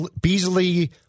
Beasley